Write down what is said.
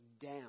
down